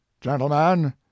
Gentlemen